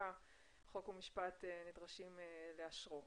חוקה חוק ומשפט אנחנו נדרשים לאשר את הצו.